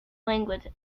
language